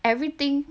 everything